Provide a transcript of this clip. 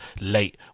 late